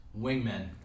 wingmen